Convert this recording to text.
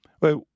Wait